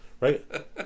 Right